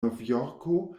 novjorko